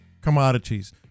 commodities